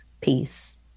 peace